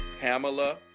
Pamela